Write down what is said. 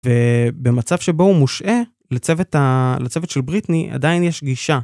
ובמצב שבו הוא מושעה לצוות של בריטני עדיין יש גישה.